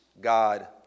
God